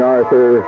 Arthur